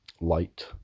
Light